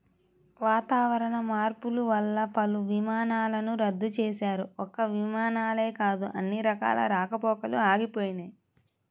వాతావరణ మార్పులు వల్ల పలు విమానాలను రద్దు చేశారు, ఒక్క విమానాలే కాదు అన్ని రకాల రాకపోకలూ ఆగిపోయినయ్